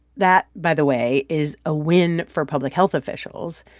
that, by the way, is a win for public health officials.